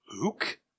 Luke